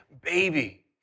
baby